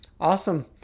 Awesome